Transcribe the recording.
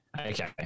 Okay